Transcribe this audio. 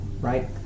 Right